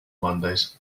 mondays